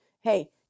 hey